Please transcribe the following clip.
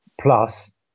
Plus